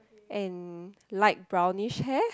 and light brownish hair